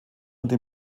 unter